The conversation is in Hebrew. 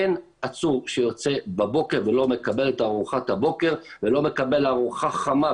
אין עצור שיוצא בבוקר ולא מקבל ארוחת בוקר ולא מקבל ארוחה חמה,